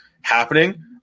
happening